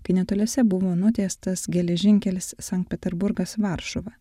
kai netoliese buvo nutiestas geležinkelis sankt peterburgas varšuva